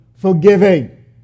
Forgiving